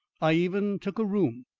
i even took a room,